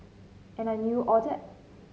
and I knew all that